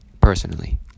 personally